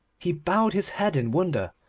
he bowed his head in wonder,